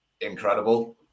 incredible